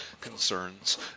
concerns